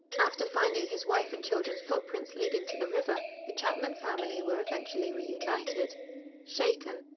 after finding his wife and children's footprints leading to the river, the chapman family were eventually reunited shaken,